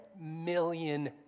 million